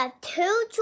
two